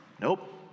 nope